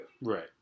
Right